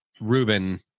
Ruben